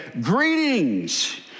greetings